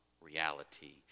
reality